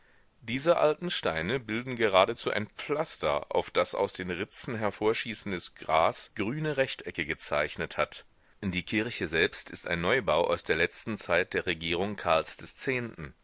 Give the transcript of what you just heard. diese alten steine bilden geradezu ein pflaster auf das aus den ritzen hervorschießendes gras grüne rechtecke gezeichnet hat die kirche selbst ist ein neubau aus der letzten zeit der regierung karls des zehnten